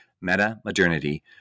Meta-Modernity